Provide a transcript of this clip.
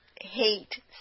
hate